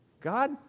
God